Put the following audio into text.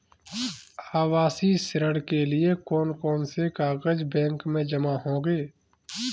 आवासीय ऋण के लिए कौन कौन से कागज बैंक में जमा होंगे?